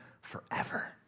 forever